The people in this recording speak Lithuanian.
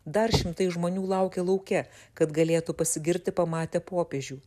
dar šimtai žmonių laukia lauke kad galėtų pasigirti pamatę popiežių